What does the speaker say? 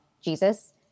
Jesus